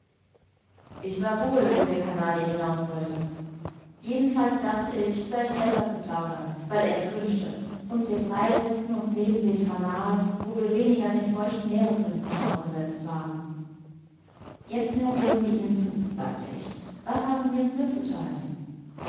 ich sah wohl wo der canadier hinaus wollte jedenfalls dachte ich sei es besser zu plaudern weil er's wünschte und wir drei setzten uns neben den fanal wo wir weniger den feuchten meeresdünsten ausgesetzt waren jetzt ned hören wir ihnen zu sagte ich was haben sie uns mitzutheilen